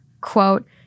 quote